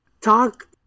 talk